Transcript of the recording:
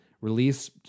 release